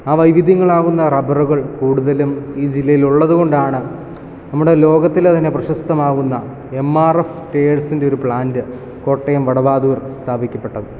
ആ വൈവിധ്യങ്ങളാവുന്ന റബ്ബറുകൾ കൂടുതലും ഈ ജില്ലയിൽ ഉള്ളതുകൊണ്ടാണ് നമ്മുടെ ലോകത്തിലെ തന്നെ പ്രശസ്തനാകുന്ന എം ആർ എഫ് ടയർസിൻ്റെ ഒരു പ്ലാൻറ് കോട്ടയം വടവാതൂർ സ്ഥാപിക്കപ്പെട്ടത്